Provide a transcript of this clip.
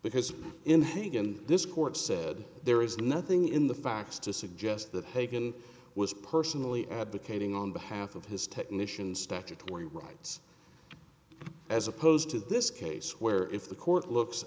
because in hagen this court said there is nothing in the facts to suggest that haven was personally advocating on behalf of his technicians statutory rights as opposed to this case where if the court looks